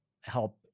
help